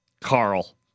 Carl